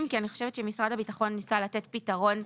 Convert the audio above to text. כי אני חושבת שמשרד הביטחון ניסה לתת פתרון.